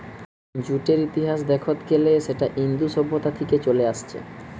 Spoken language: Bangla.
জুটের ইতিহাস দেখত গ্যালে সেটা ইন্দু সভ্যতা থিকে চলে আসছে